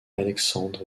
alexandre